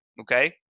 okay